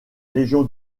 légion